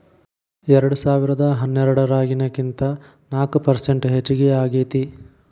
ಎರೆಡಸಾವಿರದಾ ಹನ್ನೆರಡರಾಗಿನಕಿಂತ ನಾಕ ಪರಸೆಂಟ್ ಹೆಚಗಿ ಆಗೇತಿ